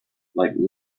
like